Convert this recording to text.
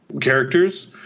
characters